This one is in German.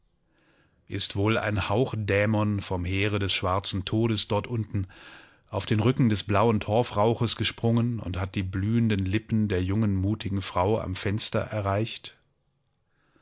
ist wohl ein hauchdämon vom heere des schwarzen todes dort unten auf den rücken des blauen torfrauches gesprungen und hat die blühenden lippen der jungen mutigen frau am fenster erreicht